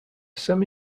semi